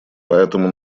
поэтому